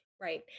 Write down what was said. Right